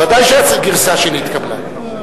ודאי שהגרסה שנתקבלה.